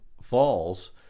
falls